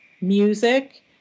music